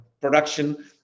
production